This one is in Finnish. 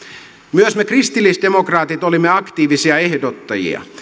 myös me kristillisdemokraatit olimme aktiivisia ehdottajia